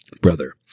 brother